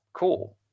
Cool